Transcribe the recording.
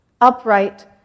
Upright